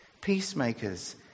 Peacemakers